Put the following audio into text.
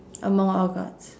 among our guards